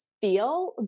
feel